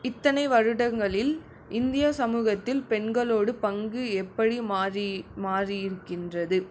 இத்தனை வருடங்களில் இந்திய சமூகத்தில் பெண்களோட பங்கு எப்படி மாறி மாறி இருக்கின்றது